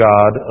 God